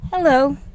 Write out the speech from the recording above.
Hello